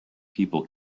people